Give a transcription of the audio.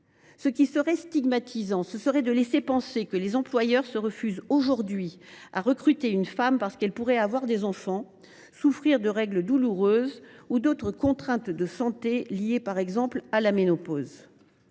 Ce qui serait stigmatisant, ce serait de laisser penser que les employeurs refusent aujourd’hui de recruter une femme parce qu’elle pourrait avoir des enfants, souffrir de règles douloureuses ou d’autres contraintes de santé liées, par exemple, à la ménopause.